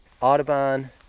Audubon